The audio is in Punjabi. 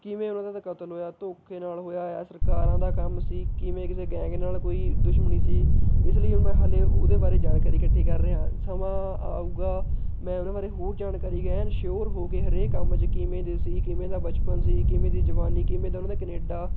ਕਿਵੇਂ ਉਨ੍ਹਾਂ ਦਾ ਤਾਂ ਕਤਲ ਹੋਇਆ ਧੋਖੇ ਨਾਲ ਹੋਇਆ ਜਾਂ ਸਰਕਾਰਾਂ ਦਾ ਕੰਮ ਸੀ ਕਿਵੇਂ ਕਿਸੇ ਗੈਂਗ ਨਾਲ਼ ਕੋਈ ਦੁਸ਼ਮਣੀ ਸੀ ਇਸ ਲਈ ਹੁਣ ਮੈਂ ਹਲੇ ਉਹਦੇ ਬਾਰੇ ਜਾਣਕਾਰੀ ਇਕੱਠੀ ਕਰ ਰਿਹਾ ਹਾਂ ਸਮਾਂ ਆਊਗਾ ਮੈਂ ਉਨ੍ਹਾਂ ਬਾਰੇ ਹੋਰ ਜਾਣਕਾਰੀ ਐਨ ਸ਼ਿਉਰ ਹੋ ਕੇ ਹਰੇਕ ਕੰਮ 'ਚ ਕਿਵੇਂ ਦੇ ਸੀ ਕਿਵੇਂ ਦਾ ਬਚਪਨ ਸੀ ਕਿਵੇਂ ਦੀ ਜਵਾਨੀ ਕਿਵੇਂ ਦਾ ਉਨ੍ਹਾਂ ਦਾ ਕਨੇਡਾ